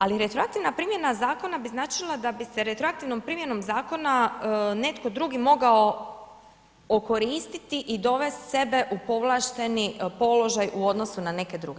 Ali retroaktivna primjena zakona bi značila da bi se retroaktivnom primjenom zakona netko drugi mogao okoristiti i dovesti sebe u povlašteni položaj u odnosu na neke druge.